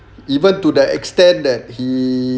even to the extent that he